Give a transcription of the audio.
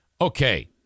Okay